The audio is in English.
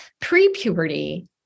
pre-puberty